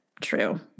true